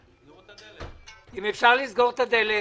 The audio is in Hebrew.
כולם הבינו שלמשרד הרווחה אין קריטריונים איך להעביר את שוברי המזון,